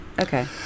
Okay